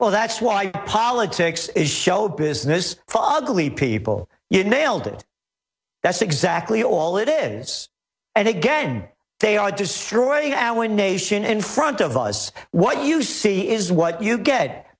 well that's why politics is show business fog only people get nailed it that's exactly all it is and again they are destroying our nation in front of us what you see is what you get